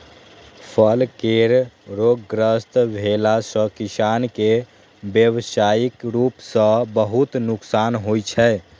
फल केर रोगग्रस्त भेला सं किसान कें व्यावसायिक रूप सं बहुत नुकसान होइ छै